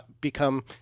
become